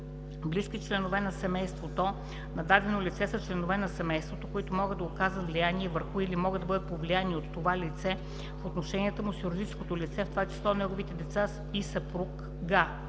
„близки членове на семейството“ на дадено лице са членове на семейството, които могат да оказват влияние върху или могат да бъдат повлияни от това лице в отношенията му с юридическото лице, в т.ч. неговите деца и съпруг/а,